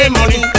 money